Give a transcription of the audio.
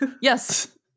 yes